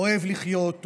אוהב לחיות,